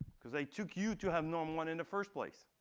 because i took u to have norm one in the first place.